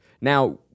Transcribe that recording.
Now